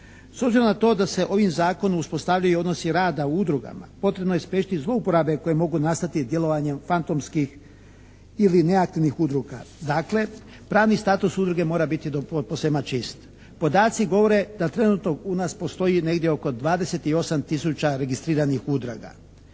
S obzirom na to da se ovim zakonom uspostavljaju odnosi rada u udrugama potrebno je spriječiti zlouporabe koje mogu nastati djelovanjem fantomskih ili nekakvih udruga. Dakle, pravni status udruge mora biti do posvema čist. Podaci govore da trenutno u nas postoji negdje oko 28 tisuća registriranih udruga.